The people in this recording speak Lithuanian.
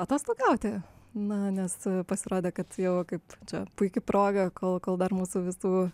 atostogauti na nes pasirodė kad jau kaip čia puiki proga kol kol dar mūsų visų